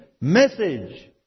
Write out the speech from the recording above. message